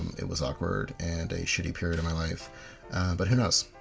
it was awkward and a shitty period of my life but who knows,